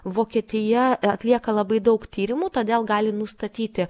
vokietija atlieka labai daug tyrimų todėl gali nustatyti